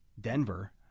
Denver